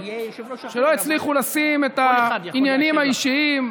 שלא הצליחו לשים את העניינים האישיים,